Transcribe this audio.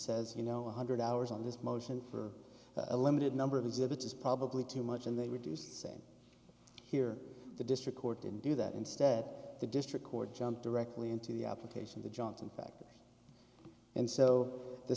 says you know one hundred hours on this motion for a limited number of exhibits is probably too much and they would do same here the district court didn't do that instead the district court jump directly into the application the johnson factor and so the